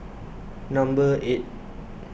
number eight